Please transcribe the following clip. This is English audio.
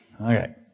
Okay